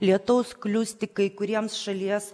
lietaus klius tik kai kuriems šalies